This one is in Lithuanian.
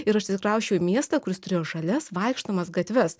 ir atsikrausčiau į miestą kuris turėjo žalias vaikštomas gatves